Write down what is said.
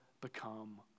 become